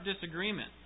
disagreement